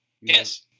Yes